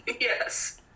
Yes